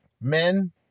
men